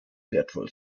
wertvoll